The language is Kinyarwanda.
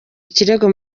ikirego